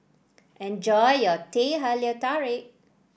enjoy your Teh Halia Tarik